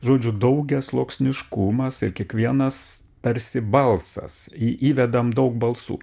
žodžiu daugiasluoksniškumas ir kiekvienas tarsi balsas į įvedam daug balsų